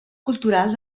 cultural